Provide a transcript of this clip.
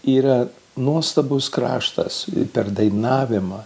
yra nuostabus kraštas per dainavimą